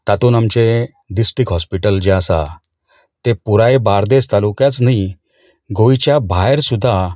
तातून आमचें district hospital जें आसा तें पुराय बार्देस तालुक्याच न्ही गोंयच्या भायर सुद्दा